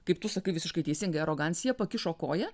kaip tu sakai visiškai teisingai arogancija pakišo koją